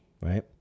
Right